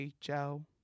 Joe